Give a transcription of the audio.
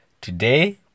Today